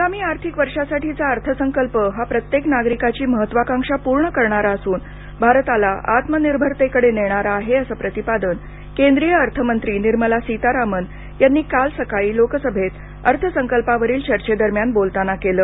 आगामी आर्थिक वर्षासाठीचा अर्थसंकल्प हा प्रत्येक नागरिकाची महत्वाकांक्षा पूर्ण करणारा असून भारताला आत्मनिर्भरतेकडे नेणारा आहे असं प्रतिपादन केंद्रीय अर्थमंत्री निर्मला सीतारामन यांनी काल सकाळी लोकसभेत अर्थसंकल्पावरील चर्चेदरम्यान बोलताना केलं